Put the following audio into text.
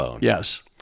Yes